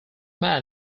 man